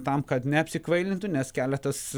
tam kad neapsikvailintų nes keletas